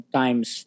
times